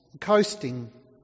coasting